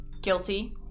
guilty